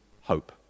hope